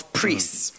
priests